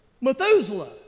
Methuselah